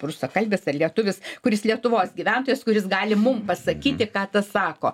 rusakalbis ar lietuvis kuris lietuvos gyventojas kuris gali mum pasakyti ką tas sako